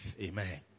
Amen